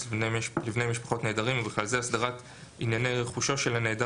לבני משפחות נעדרים ובכלל זה הסדרת ענייני רכושו של הנעדר